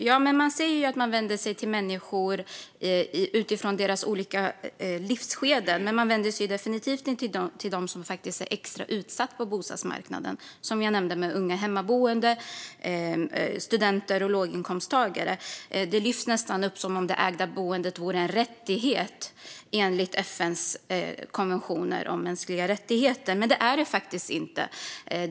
Herr talman! Jag kan se att man vänder sig till människor utifrån deras olika livsskeden, men man vänder sig definitivt inte till dem som är extra utsatta på bostadsmarknaden. Som jag nämnde handlar det om unga hemmaboende, studenter och låginkomsttagare. Det ägda boendet lyfts nästan fram som om det vore en rättighet enligt FN:s konventioner om mänskliga rättigheter. Men det är det faktiskt inte.